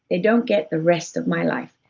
they don't get the rest of my life.